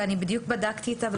ואני בדיוק בדקתי איתה.